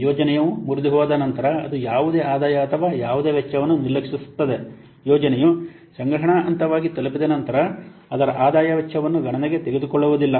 ಯೋಜನೆಯು ಮುರಿದುಹೋದ ನಂತರ ಅದು ಯಾವುದೇ ಆದಾಯ ಅಥವಾ ಯಾವುದೇ ವೆಚ್ಚವನ್ನು ನಿರ್ಲಕ್ಷಿಸುತ್ತದೆ ಯೋಜನೆಯು ಸಂಗ್ರಹಣಾ ಹಂತವಾಗಿ ತಲುಪಿದ ನಂತರ ಅದರ ಆದಾಯ ವೆಚ್ಚವನ್ನು ಗಣನೆಗೆ ತೆಗೆದುಕೊಳ್ಳುವುದಿಲ್ಲ